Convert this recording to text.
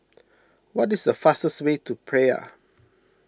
what is the fastest way to Praia